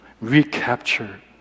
recapture